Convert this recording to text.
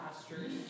pastures